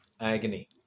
agony